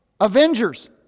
Avengers